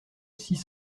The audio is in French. six